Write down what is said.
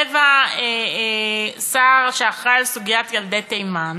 רבע שר שאחראי לסוגיית ילדי תימן,